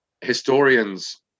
historians